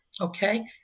okay